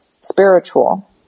spiritual